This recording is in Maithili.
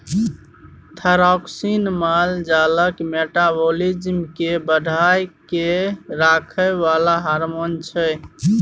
थाइरोक्सिन माल जालक मेटाबॉलिज्म केँ बढ़ा कए राखय बला हार्मोन छै